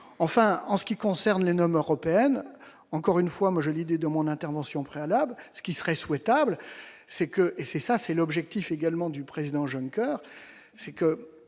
enfin en ce qui concerne les normes européennes, encore une fois, moi j'ai vidé de mon intervention préalable, ce qui serait souhaitable, c'est que, et c'est ça, c'est l'objectif également du président c'est que